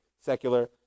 secular